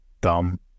Dumb